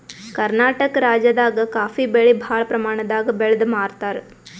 ಕರ್ನಾಟಕ್ ರಾಜ್ಯದಾಗ ಕಾಫೀ ಬೆಳಿ ಭಾಳ್ ಪ್ರಮಾಣದಾಗ್ ಬೆಳ್ದ್ ಮಾರ್ತಾರ್